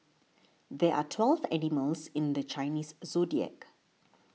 there are twelve animals in the Chinese zodiac